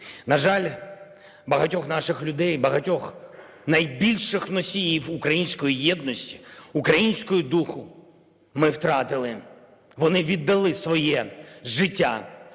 На жаль, багатьох наших людей, багатьох найбільших носіїв української єдності, українського духу ми втратили, вони віддали своє життя